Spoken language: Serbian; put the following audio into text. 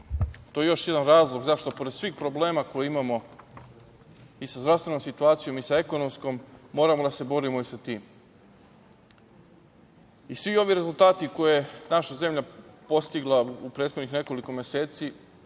je to još jedan razlog zašto i pored svih problema koje imamo i sa zdravstvenom situacijom i sa ekonomskom, moramo da se borimo i sa tim. Svi ovi rezultati koje je naša zemlja postigla u prethodnih nekoliko meseci